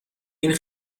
این